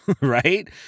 right